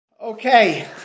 Okay